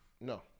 No